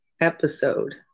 episode